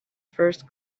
first